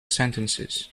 sentences